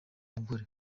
mugore